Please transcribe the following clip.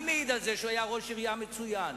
אני מעיד שהוא היה ראש עירייה מצוין.